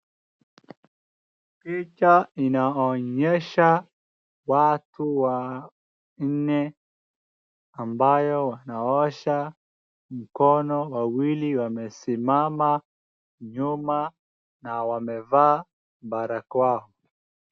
Picha inaonyesha watu wanne ambayo naosha mkono, wawili wamesimama nyuma, na wamevaa barakoa.